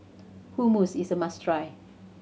hummus is must try